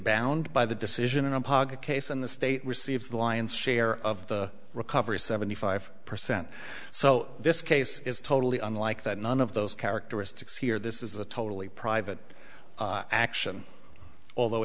bound by the decision in a paga case and the state receives the lion's share of the recovery seventy five percent so this case is totally unlike that none of those characteristics here this is a totally private action although